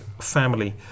family